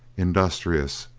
industrious,